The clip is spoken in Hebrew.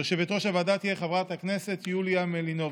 יושבת-ראש הוועדה תהיה חברת הכנסת יוליה מלינובסקי.